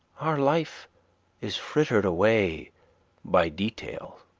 our life is frittered away by detail.